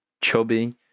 Chubby